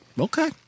Okay